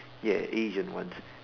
ya Asian ones